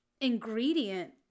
ingredient